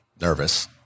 nervous